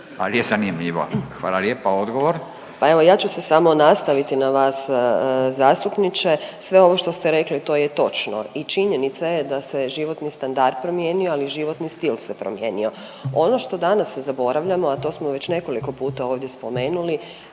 al je zanimljivo, hvala lijepa. Odgovor. **Josić, Željka (HDZ)** Pa evo ja ću se samo nastaviti na vas zastupniče, sve ovo što ste rekli to je točno i činjenica je da se životni standard promijenio, ali i životni stil se promijenio. Ono što danas zaboravljamo, a to smo već nekoliko puta ovdje spomenuli,